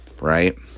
right